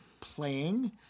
playing